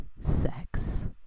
sex